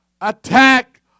attack